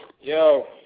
Yo